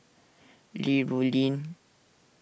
Li Rulin